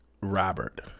Robert